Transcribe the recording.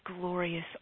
glorious